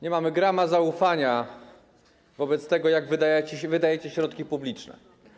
Nie mamy grama zaufania wobec tego, jak wydajecie środki publiczne.